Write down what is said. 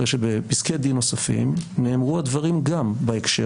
הרי שבפסקי דין נוספים נאמרו הדברים גם בהקשר